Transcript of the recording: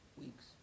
Weeks